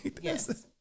Yes